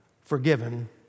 forgiven